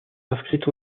inscrite